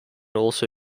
also